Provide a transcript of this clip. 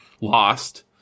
lost